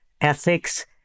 ethics